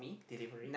delivery